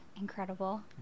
incredible